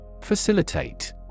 Facilitate